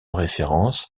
référence